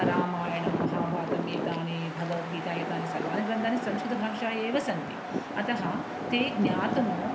रामायणं महाभारतम् एतानि भगवद्गीता एतानि सर्वाणि ग्रन्थानि संस्कृतभाषया एव सन्ति अतः ते ज्ञातुम्